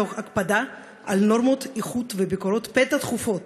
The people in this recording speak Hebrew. תוך הקפדה על נורמות איכות וביקורות פתע תכופות